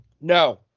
No